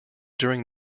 during